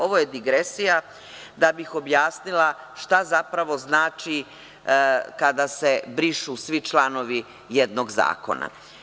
Ovo je digresija, da bih objasnila šta zapravo znači kada se brišu svi članovi jednog zakona.